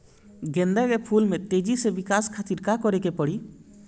गेंदा के फूल में तेजी से विकास खातिर का करे के पड़ी?